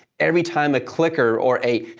every time a clicker or a